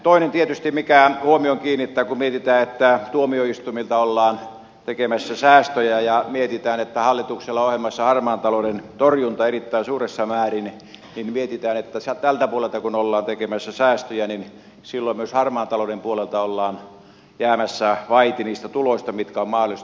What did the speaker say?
toinen tietysti mikä huomion kiinnittää on se kun mietitään sitä että tuomioistuinten kohdalla ollaan tekemässä säästöjä ja kun mietitään että hallituksella on ohjelmassa harmaan talouden torjunta erittäin suuressa määrin niin mietitään että kun tältä puolelta ollaan tekemässä säästöjä niin silloin myös harmaan talouden puolella ollaan jäämässä vaiti niistä tuloista mitkä olisi mahdollista saada